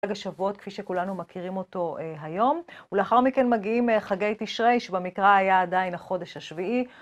רגע שבועות, כפי שכולנו מכירים אותו היום, ולאחר מכן מגיעים חגי תשרי, שבמקרא היה עדיין החודש השביעי.